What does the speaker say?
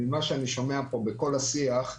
אני שומע פה בכל השיח,